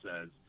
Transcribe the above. says